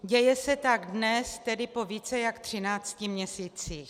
Děje se tak dnes, tedy po více jak třinácti měsících.